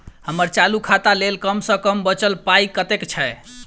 हम्मर चालू खाता लेल कम सँ कम बचल पाइ कतेक छै?